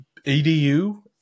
EDU